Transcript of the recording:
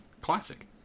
Classic